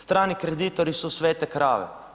Strani kreditori su svete krave.